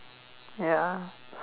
ya